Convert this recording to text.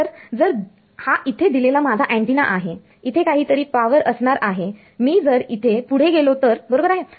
तर जर हा इथे दिलेला माझा अँटिना आहे इथे काहीतरी पावर असणार आहे मी जर इथे पुढे गेलो तर बरोबर आहे